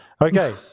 Okay